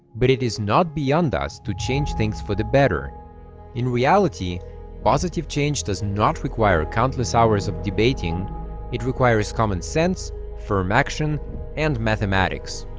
but it is not beyond us to change things for the better in reality positive change does not require countless hours of debating it requires common-sense firm action and mathematics